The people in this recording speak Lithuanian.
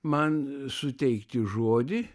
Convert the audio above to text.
man suteikti žodį